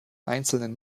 einzelnen